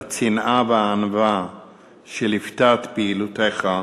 הצנעה והענווה שליוו את פעילותך,